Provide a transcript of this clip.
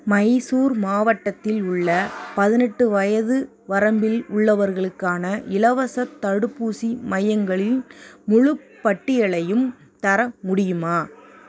மைசூர் மாவட்டத்தில் உள்ள பதினெட்டு வயது வரம்பில் உள்ளவர்களுக்கான இலவசத் தடுப்பூசி மையங்களின் முழுப் பட்டியலையும் தர முடியுமா